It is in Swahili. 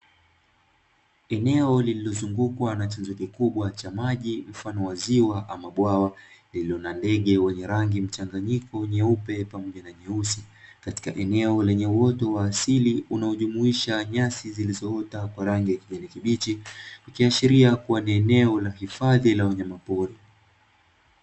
Eneo lililozungukwa na chanzo kikubwa cha maji, mfano wa ziwa ama bwawa, lililo na ndege wenye rangi mchanganyiko nyeupe, pamoja na nyeusi, katika eneo lenye uoto wa asili unaojumuisha nyasi zilizoota kwa rangi ya kijani kibichi, ikiashiria kuwa ni eneo la hifadhi la wanyama pori.